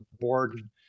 board